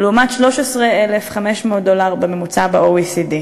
לעומת 13,500 דולר בממוצע ב-OECD.